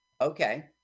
Okay